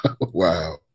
Wow